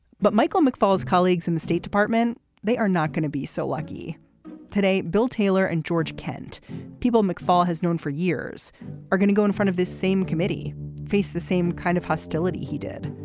but michael mcfaul as colleagues in the state department they are not going to be so lucky today bill taylor and george kent people mcfaul has known for years are going to go in front of this same committee face the same kind of hostility he did.